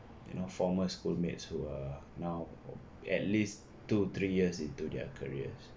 you know former schoolmates who are now at least two three years into their careers